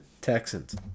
Texans